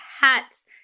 hats